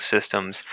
systems